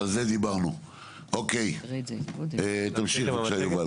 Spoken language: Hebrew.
יובל, תמשיך, בבקשה.